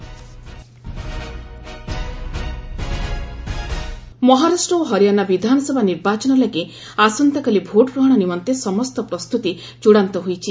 assembly polls Maharashtra ଓ ହରିୟାଣା ବିଧାନସଭା ନିର୍ବାଚନ ଲାଗି ଆସନ୍ତାକାଲି ଭୋଟଗ୍ରହଣ ନିମନ୍ତେ ସମସ୍ତ ପ୍ରସ୍ତୁତି ଚୂଡାନ୍ତ ହୋଇଛି